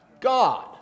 God